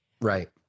right